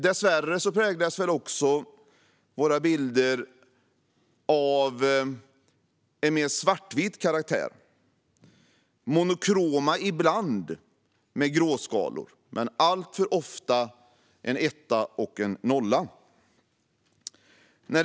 Dessvärre präglas också våra bilder av en mer svartvit karaktär - monokroma och ibland med gråskalor. Men alltför ofta blir det en etta och en nolla.